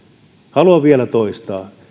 haluan vielä toistaa